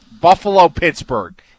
Buffalo-Pittsburgh